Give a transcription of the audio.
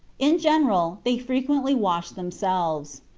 in general, they fre quently washed themselves.